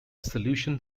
solution